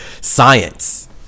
science